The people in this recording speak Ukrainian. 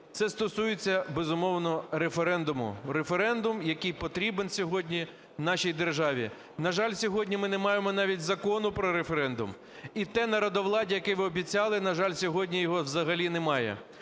це стосується, безумовно, референдуму. Референдум, який потрібен сьогодні нашій державі. На жаль, сьогодні ми не маємо навіть закону про референдум. І те народовладдя, яке ви обіцяли, на жаль, сьогодні його взагалі немає.